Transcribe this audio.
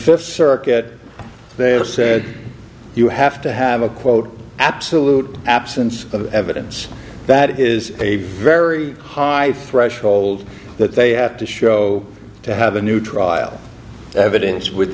fifth circuit they are said you have to have a quote absolute absence of evidence that it is a very high threshold that they have to show to have a new trial evidence with